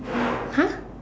!huh!